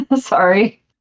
sorry